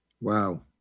Wow